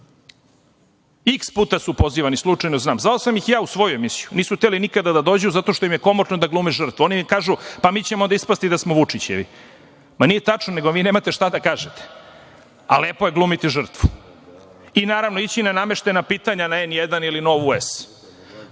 puta su pozivani, slučajno znam. Zvao sam ih i ja u svoju emisiju, nisu hteli nikada da dođu zato što im je komotno da glume žrtvu. Oni onda kažu – pa, mi ćemo ispasti da smo Vučićevi. Ma nije tačno, nego nemate šta da kažete, a lepo je glumiti žrtvu i naravno ići na nameštena pitanja na „N1“ ili na